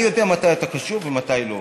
אני יודע מתי אתה קשוב ומתי לא.